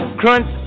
crunch